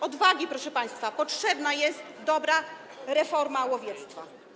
Odwagi, proszę państwa, potrzebna jest dobra reforma łowiectwa.